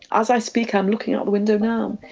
as i speak i'm looking out the window now.